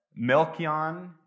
Melchion